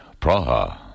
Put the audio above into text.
Praha